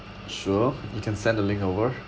sure you can send the link over